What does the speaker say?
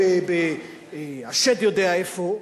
או השד יודע איפה,